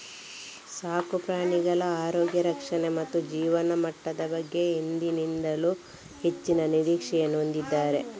ಸಾಕು ಪ್ರಾಣಿಗಳ ಆರೋಗ್ಯ ರಕ್ಷಣೆ ಮತ್ತು ಜೀವನಮಟ್ಟದ ಬಗ್ಗೆ ಹಿಂದೆಂದಿಗಿಂತಲೂ ಹೆಚ್ಚಿನ ನಿರೀಕ್ಷೆಗಳನ್ನು ಹೊಂದಿದ್ದಾರೆ